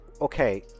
okay